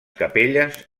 capelles